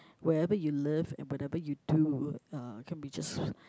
wherever you live and whatever you do uh can be just